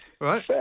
right